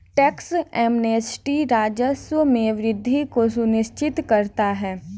tax amnesty राजस्व में वृद्धि को सुनिश्चित करता है